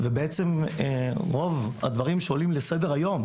ובעצם רוב הדברים שעולים לסדר היום,